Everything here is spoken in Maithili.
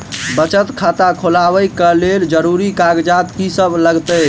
बचत खाता खोलाबै कऽ लेल जरूरी कागजात की सब लगतइ?